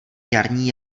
jarní